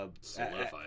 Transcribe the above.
solidified